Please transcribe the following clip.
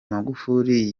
magufuli